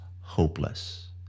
hopeless